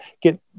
get